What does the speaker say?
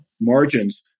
margins